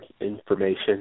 information